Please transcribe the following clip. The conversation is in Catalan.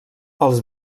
els